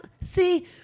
See